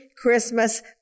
Christmas